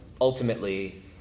ultimately